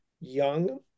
young